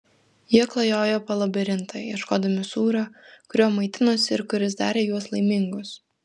jie klajojo po labirintą ieškodami sūrio kuriuo maitinosi ir kuris darė juos laimingus